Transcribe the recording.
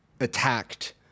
attacked